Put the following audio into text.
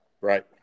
Right